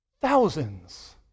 thousands